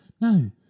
No